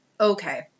Okay